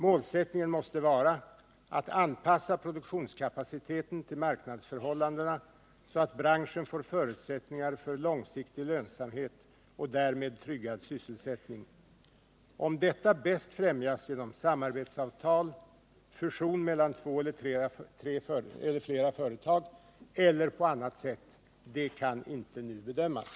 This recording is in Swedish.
Målsättningen måste vara att anpassa produktionskapaciteten till marknadsförhållandena, så att branschen får förutsättningar för långsiktig lönsamhet och därmed tryggad sysselsättning. Om detta bäst främjas genom samarbetsavtal, fusion mellan två eller flera företag eller på annat sätt kan inte nu bedömas.